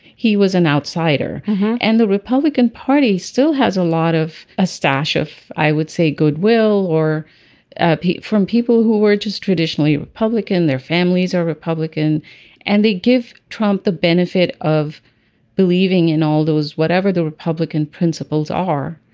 he was an outsider and the republican party still has a lot of a stash of i would say goodwill or heat from people who were just traditionally republican their families are republican and they give trump the benefit of believing in all those whatever the republican principles are.